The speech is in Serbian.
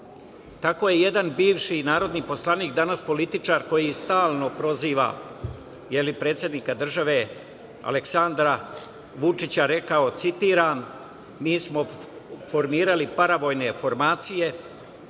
Tako je jedan bivši narodni poslanik danas političar koji stalno proziva predsednika države Aleksandra Vučića, citiram - mi smo formirali paravojne formacije